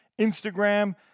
Instagram